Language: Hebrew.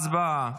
הצבעה.